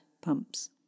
pumps